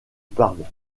parme